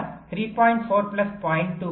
4 plus 0